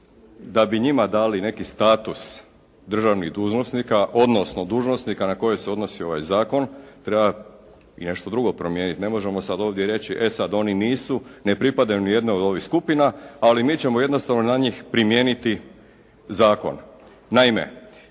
da bi njima dali neki status državnih dužnosnika odnosno dužnosnika na koje se odnosi ovaj zakon treba i nešto drugo promijeniti. Ne možemo sad ovdje reći e sad oni nisu, ne pripadaju nijednoj od ovih skupina, ali mi ćemo jednostavno na njih primijeniti zakon.